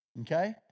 Okay